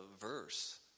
verse